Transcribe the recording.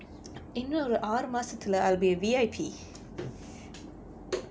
இன்னொரு ஆறு மாசத்துல:innoru aaru maasathula I'll be a V_I_P